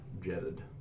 jetted